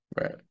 right